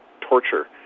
torture